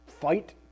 fight